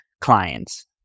clients